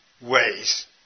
ways